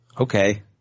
Okay